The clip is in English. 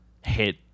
hit